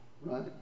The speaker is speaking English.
right